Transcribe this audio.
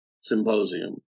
symposium